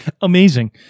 Amazing